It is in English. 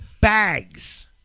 Bags